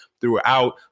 throughout